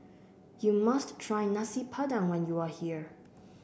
you must try Nasi Padang when you are here